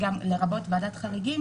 לרבות ועדת חריגים